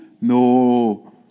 No